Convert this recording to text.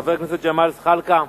חבר הכנסת ג'מאל זחאלקה,